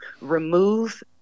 remove